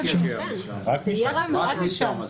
רק משם.